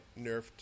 nerfed